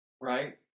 right